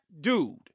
dude